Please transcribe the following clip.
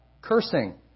cursing